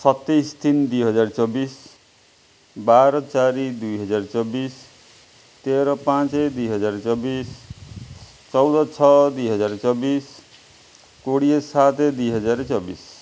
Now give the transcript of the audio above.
ସତେଇଶ ତିନି ଦୁଇ ହଜାର ଚବିଶ ବାର ଚାରି ଦୁଇ ହଜାର ଚବିଶ ତେର ପାଞ୍ଚ ଦୁଇ ହଜାର ଚବିଶ ଚଉଦ ଛଅ ଦୁଇ ହଜାର ଚବିଶ କୋଡ଼ିଏ ସାତ ଦୁଇ ହଜାର ଚବିଶ